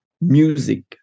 music